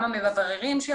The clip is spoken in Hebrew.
גם המבררים של